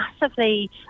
massively